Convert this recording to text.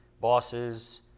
bosses